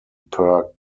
per